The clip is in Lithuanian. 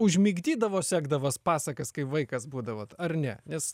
užmigdydavo sekdavas pasakas kai vaikas būdavot ar ne nes